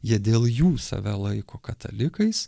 jie dėl jų save laiko katalikais